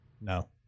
no